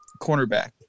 cornerback